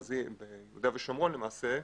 למעשה ביהודה ושומרון,